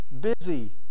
busy